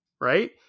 right